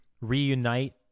reunite